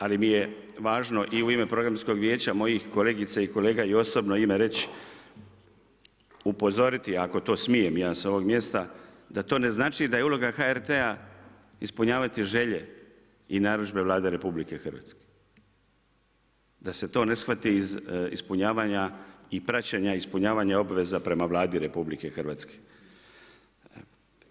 Ali mi je važno i u ime Programskog vijeća mojih kolegica i kolega i osobno ime reći, upozoriti ako to smijem ja sa ovog mjesta da to ne znači da je uloga HRT-a ispunjavati želje i narudžbe Vlade Republike Hrvatske, da se to ne shvati iz ispunjavanja i praćenja ispunjavanja obveza prema Vladi Republike Hrvatske.